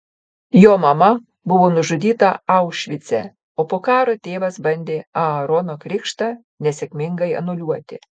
jo mama buvo nužudyta aušvice o po karo tėvas bandė aarono krikštą nesėkmingai anuliuoti